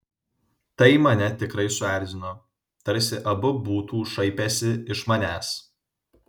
tai mane tikrai suerzino tarsi abu būtų šaipęsi iš manęs